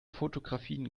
fotografien